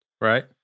Right